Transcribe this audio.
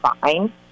fine